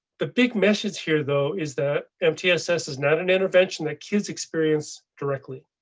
the big message here though, is that mtss is not an intervention that kids experience directly.